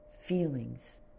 feelings